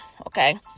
okay